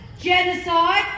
genocide